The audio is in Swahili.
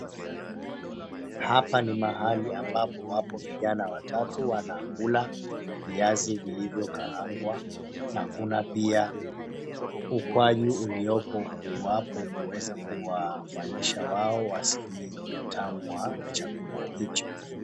Hapa ni mahali ambapo wapo vijana watatu wanakula viazi vilivyokaangwa na kuna pia ukwaju uliopo kuwapo kuweza kuwafanyisha wao wasikieutamu wa chakula hicho.